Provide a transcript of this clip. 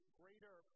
greater